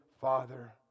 father